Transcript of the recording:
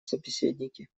собеседники